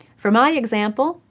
for my example,